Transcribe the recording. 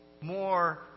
more